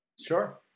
Sure